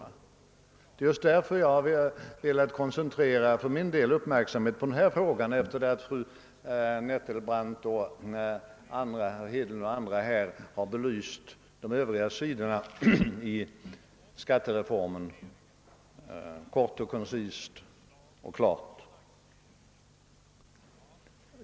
Det är just därför jag för min del velat koncentrera uppmärksamheten på denna fråga, efter det att fru Nettelbrandt, herr Hedlund och andra klart, kort och koncist belyst de övriga sidorna av skattereformen.